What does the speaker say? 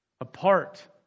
apart